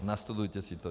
Nastudujte si to.